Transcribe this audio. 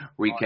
recap